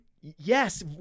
Yes